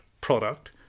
product